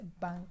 bank